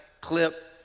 clip